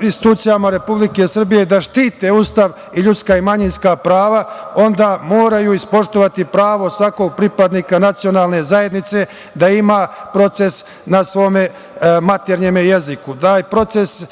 institucijama Republike Srbije da štite Ustav i ljudska i manjinska prava, onda moraju ispoštovati pravo svakog pripadnika nacionalne zajednice da ima proces na svom maternjem jeziku. Taj proces